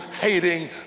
hating